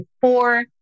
four